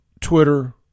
Twitter